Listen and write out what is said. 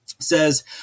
says